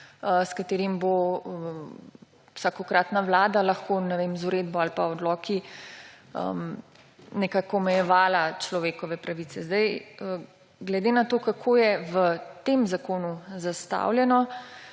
s katerim bo vsakokratna vlada lahko z uredbo ali pa odloki nekako omejevala človekove pravice. Glede na to, kako je v tem zakonu zastavljeno,